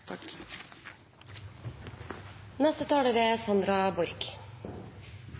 er det representanten Sandra Borch